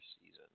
season